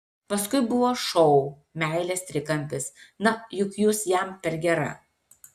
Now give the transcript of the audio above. paskui buvo šou meilės trikampis na juk jūs jam per gera